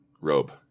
robe